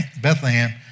Bethlehem